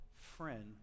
friend